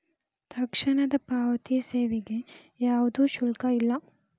ತಕ್ಷಣದ ಪಾವತಿ ಸೇವೆಗೆ ಯಾವ್ದು ಶುಲ್ಕ ಇಲ್ಲ